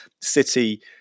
City